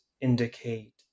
indicate